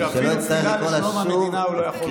אתה עוד לא ראית אותי כועסת.